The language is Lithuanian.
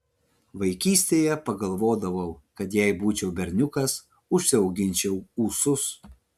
vaikystėje pagalvodavau kad jei būčiau berniukas užsiauginčiau ūsus